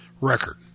record